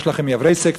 יש לכם יבסקציה.